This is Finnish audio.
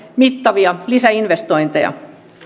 mittavia lisäinvestointeja